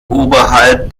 oberhalb